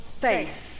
face